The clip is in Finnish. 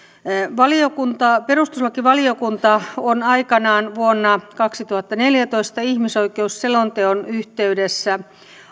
perustuslakivaliokunta on aikanaan vuonna kaksituhattaneljätoista ihmisoikeusselonteon yhteydessä